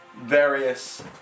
various